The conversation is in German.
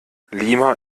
lima